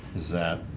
is that?